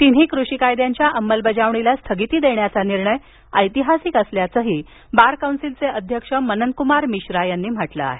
तिन्ही कृषी कायद्यांच्या अंमलबजावणीला स्थगिती देण्याचा निर्णय ऐतिहासिक असल्याचंही बार कौन्सिलचे अध्यक्ष मननकुमार मिश्रा यांनी म्हटलं आहे